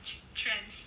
trends